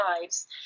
lives